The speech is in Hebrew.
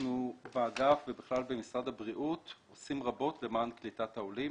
אנחנו באגף ובכלל במשרד הבריאות עושים רבות למען קליטת העולים,